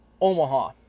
Omaha